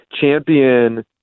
champion